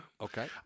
Okay